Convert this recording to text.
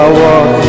walk